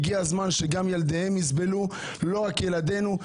הגיע הזמן שגם ילדיהם יסבלו ולא רק ילדינו.